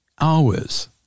hours